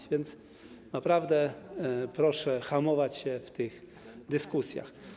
Tak więc naprawdę proszę hamować się w tych dyskusjach.